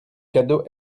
cadeau